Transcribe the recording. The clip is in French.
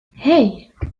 hey